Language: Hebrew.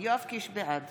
בעד